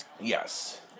Yes